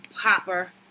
popper